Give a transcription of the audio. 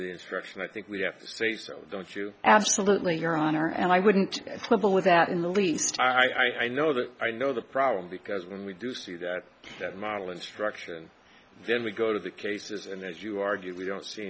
instruction i think we have to say so don't you absolutely your honor and i wouldn't quibble with that in the least i know that i know the problem because when we do see that that model instruction then we go to the cases and as you argue we don't see